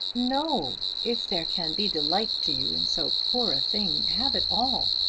no. if there can be delight to you in so poor a thing, have it all.